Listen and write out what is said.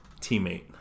teammate